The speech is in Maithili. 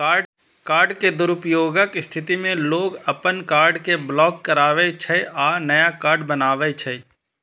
कार्ड के दुरुपयोगक स्थिति मे लोग अपन कार्ड कें ब्लॉक कराबै छै आ नया कार्ड बनबावै छै